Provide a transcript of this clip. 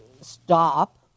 stop